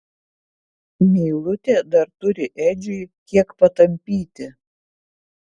meilutė dar turi edžiui kiek patampyti